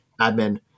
admin